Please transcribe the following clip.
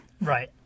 Right